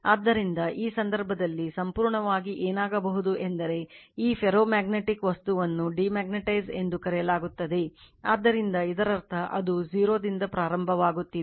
ಆದ್ದರಿಂದ ಈ ಸಂದರ್ಭದಲ್ಲಿ ಸಂಪೂರ್ಣವಾಗಿ ಏನಾಗಬಹುದು ಎಂದರೆ ಆ ಫೆರೋಮ್ಯಾಗ್ನೆಟಿಕ್ ವಸ್ತುವನ್ನು ಡಿಮ್ಯಾಗ್ನೆಟೈಜ್ ಎಂದು ಕರೆಯಲಾಗುತ್ತದೆ ಆದ್ದರಿಂದ ಇದರರ್ಥ ಅದು 0 ರಿಂದ ಪ್ರಾರಂಭವಾಗುತ್ತಿದೆ